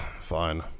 Fine